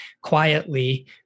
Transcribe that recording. quietly